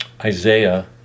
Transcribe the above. Isaiah